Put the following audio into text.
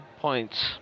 points